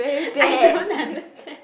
I don't understand